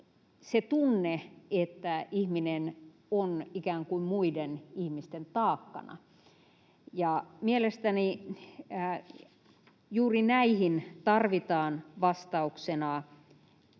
se tunne, että ihminen on ikään kuin muiden ihmisten taakkana. Ja mielestäni juuri näihin tarvitaan vastauksena